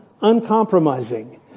uncompromising